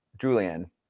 Julian